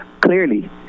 Clearly